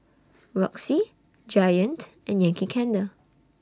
Roxy Giant and Yankee Candle